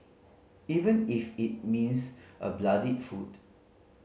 even if it means a bloodied foot